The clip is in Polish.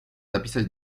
zapisać